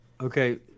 okay